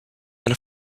and